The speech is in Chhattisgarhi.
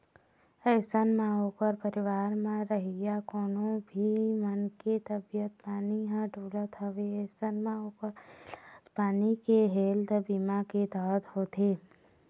अइसन म ओखर परिवार म रहइया कोनो भी मनखे के तबीयत पानी ह डोलत हवय अइसन म ओखर इलाज पानी ह हेल्थ बीमा के तहत होथे